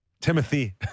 Timothy